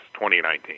2019